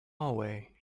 hallway